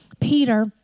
Peter